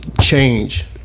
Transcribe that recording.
change